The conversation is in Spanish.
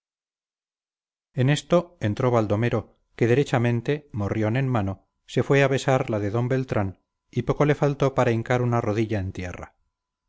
en esto entró baldomero que derechamente morrión en mano se fue a besar la de d beltrán y poco le faltó para hincar una rodilla en tierra